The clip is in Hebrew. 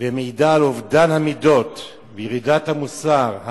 המעידה על אובדן המידות וירידת המוסר,